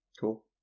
Cool